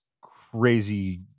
crazy